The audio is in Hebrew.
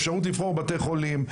אפשרות לבחור בתי חולים,